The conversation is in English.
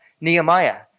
Nehemiah